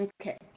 Okay